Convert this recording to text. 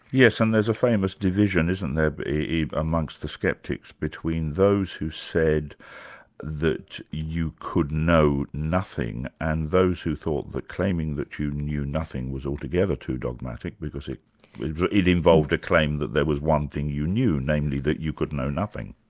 yes, and there's a famous division, isn't there, but amongst the sceptics between those who said that you could know nothing, and those who thought that claiming that you knew nothing was altogether too dogmatic because it it involved a claim that there was one thing you knew, namely that you could know nothing.